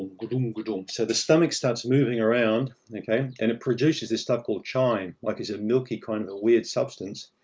gadong, gadong. so, the stomach starts moving around, and it produces this stuff called chyme, like it's a milky kind of a weird substance.